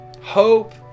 hope